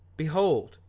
behold,